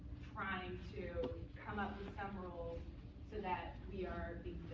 trying to come up with some rules so that we are